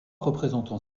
représentant